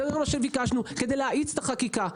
זה מה שביקשנו כדי להאיץ את החקיקה.